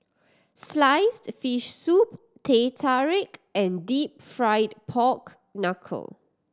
sliced fish soup Teh Tarik and Deep Fried Pork Knuckle